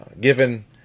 given